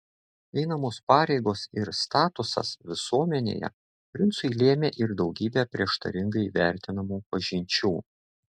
einamos pareigos ir statusas visuomenėje princui lėmė ir daugybę prieštaringai vertinamų pažinčių